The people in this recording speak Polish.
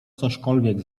cośkolwiek